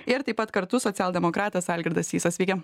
ir taip pat kartu socialdemokratas algirdas sysas sveiki